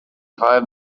find